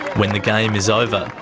when the game is over,